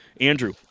Andrew